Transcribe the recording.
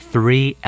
Three